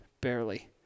barely